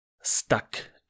stuck